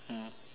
mm